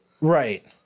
Right